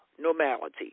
normality